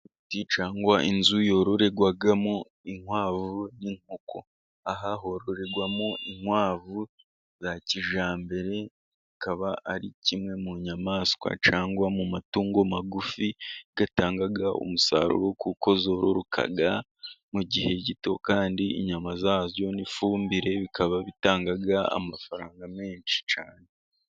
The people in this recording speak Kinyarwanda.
Ikibuti cyangwa inzu yororerwamo inkwavu n'inkoko. Ahahororerwamo inkwavu za kijyambere akaba ari kimwe mu nyamaswa cyangwa mu matungo magufi atanga umusaruro, kuko zoroka mu gihe gito, kandi inyama zazo n'ifumbire bikaba bitanga amafaranga menshi cyane.